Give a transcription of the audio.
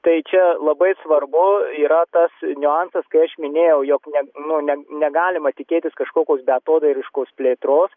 tai čia labai svarbu yra tas niuansas kai aš minėjau jog ne nu ne negalima tikėtis kažkokios beatodairiškos plėtros